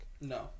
No